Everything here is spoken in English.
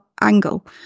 angle